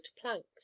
planks